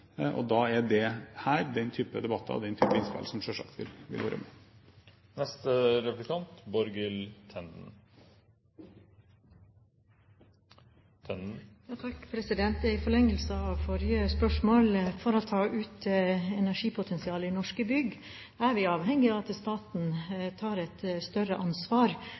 og da er dette den typen debatter og den typen innspill som selvsagt vil være med. I forlengelsen av forrige spørsmål: For å ta ut energipotensialet i norske bygg er vi avhengig av at staten tar et større ansvar